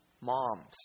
moms